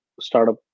startup